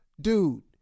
Dude